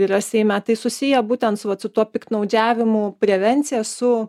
yra seime tai susiję būtent su vat su tuo piktnaudžiavimų prevencija su